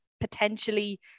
potentially